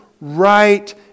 right